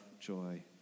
joy